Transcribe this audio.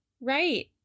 right